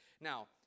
Now